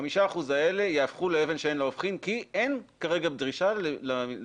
שחמשת האחוזים האלה יהפכו לאבן שאין לה הופכין כי אין כרגע דרישה להשבה.